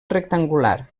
rectangular